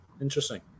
interesting